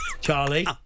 Charlie